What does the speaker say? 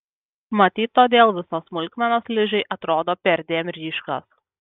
matyt todėl visos smulkmenos ližei atrodo perdėm ryškios